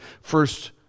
first